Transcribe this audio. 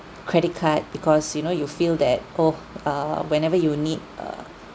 credit card because you know you feel that oh uh whenever you need uh